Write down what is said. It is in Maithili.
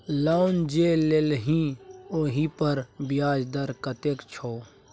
लोन जे लेलही ओहिपर ब्याज दर कतेक छौ